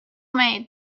made